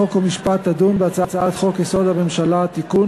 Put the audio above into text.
חוק ומשפט תדון בהצעת חוק-יסוד: הממשלה (תיקון,